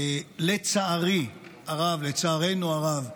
לצערי הרב, לצערנו הרב,